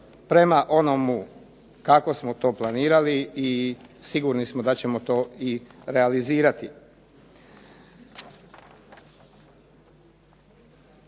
prema onome kako smo to planirali i sigurni smo da ćemo to i realizirati.